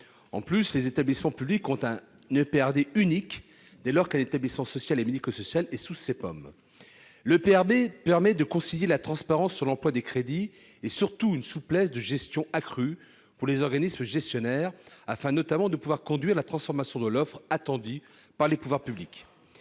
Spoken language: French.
En outre, les établissements publics ont un EPRD unique, dès lors qu'un établissement social et médico-social est sous CPOM. L'EPRD permet de concilier transparence dans l'emploi des crédits et, surtout, souplesse de gestion accrue pour les organismes gestionnaires, afin notamment de pouvoir conduire la transformation de l'offre attendue par les pouvoirs publics.